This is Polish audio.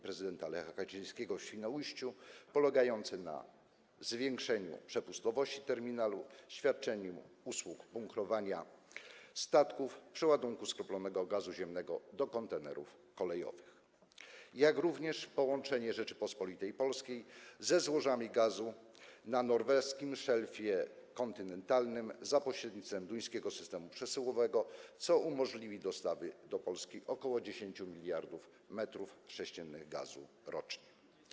Prezydenta Lecha Kaczyńskiego w Świnoujściu polegające na zwiększeniu przepustowości terminalu, świadczeniu usług bunkrowania statków, przeładunku skroplonego gazu ziemnego do kontenerów kolejowych, jak również połączenie Rzeczypospolitej Polskiej ze złożami gazu na Norweskim Szelfie Kontynentalnym za pośrednictwem duńskiego systemu przesyłowego, co umożliwi dostawy do Polski ok. 10 mld m3 gazu rocznie.